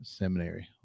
seminary